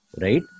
right